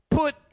put